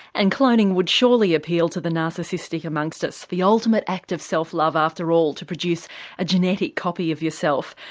and cloning would surely appeal to the narcissistic amongst us, the ultimate act of self love after all to produce a genetic copy of yourself.